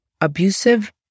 abusive